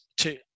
two